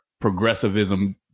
progressivism